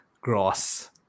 Gross